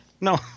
No